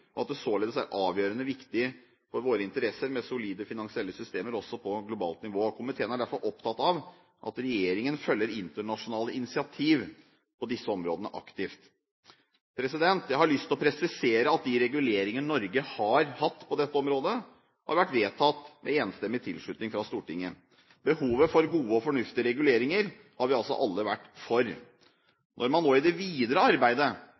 og at det således er av avgjørende viktighet for våre interesser med solide finansielle systemer også på globalt nivå. Komiteen er derfor opptatt av at regjeringen følger internasjonale initiativer på disse områdene aktivt.» Jeg har lyst til å presisere at de reguleringer Norge har hatt på dette området, har vært vedtatt med enstemmig tilslutning fra Stortinget. Behovet for gode og fornuftige reguleringer har vi altså alle vært for. Når man nå i det videre arbeidet